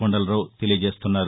కొండలరావు తెలియజేస్తున్నారు